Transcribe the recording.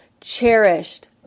cherished